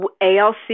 ALC